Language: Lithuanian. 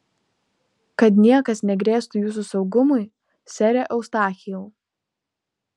kad niekas negrėstų jūsų saugumui sere eustachijau